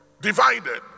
divided